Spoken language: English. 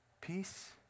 Peace